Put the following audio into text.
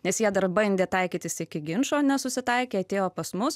nes jie dar bandė taikytis iki ginčo nesusitaikė atėjo pas mus